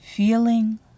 Feeling